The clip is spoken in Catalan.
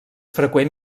freqüent